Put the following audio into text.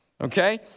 okay